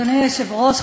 אדוני היושב-ראש,